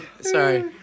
sorry